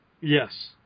Yes